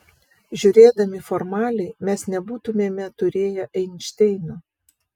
žiūrėdami formaliai mes nebūtumėme turėję einšteino